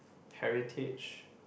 heritage